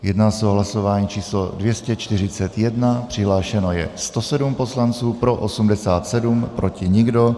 Jedná se o hlasování číslo 241, přihlášeno je 107 poslanců, pro 87, proti nikdo.